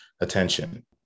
attention